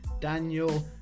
Daniel